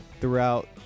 Throughout